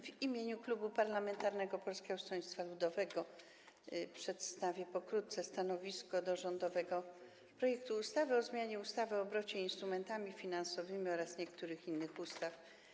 W imieniu Klubu Parlamentarnego Polskiego Stronnictwa Ludowego przedstawię pokrótce stanowisko dotyczące rządowego projektu ustawy o zmianie ustawy o obrocie instrumentami finansowymi oraz niektórych innych ustaw.